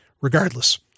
regardless